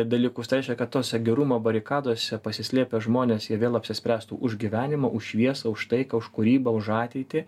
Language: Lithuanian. dalykus tai reiškia kad tose gerumo barikadose pasislėpę žmonės jie vėl apsispręstų už gyvenimą už šviesą už taiką už kūrybą už ateitį